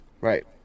Right